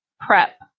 prep